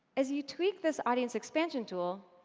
as you tweak this audience expansion tool,